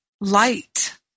light